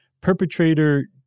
perpetrator